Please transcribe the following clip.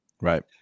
Right